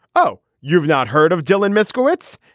oh you've not heard of dylan moskowitz.